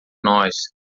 nós